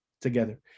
together